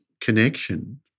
connection